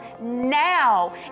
now